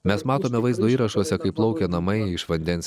mes matome vaizdo įrašuose kaip plaukia namai iš vandens